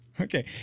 Okay